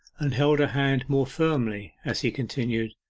and held her hand more firmly, as he continued,